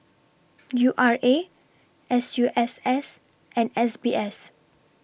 U R A S U S S and S B S